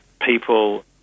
people